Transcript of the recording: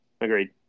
agreed